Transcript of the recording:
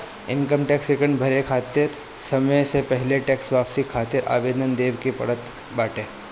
income tax return भरे खातिर तय समय से पहिले टेक्स वापसी खातिर आवेदन देवे के पड़त बाटे